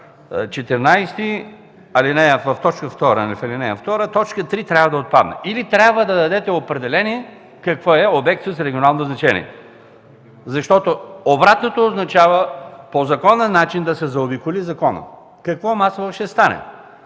14, ал. 2, т. 3 трябва да отпадне или трябва да дадете определение какво е „обекти с регионално значение”. Защото обратното означава по законен начин да се заобиколи законът. Какво масово ще стане?